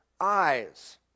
eyes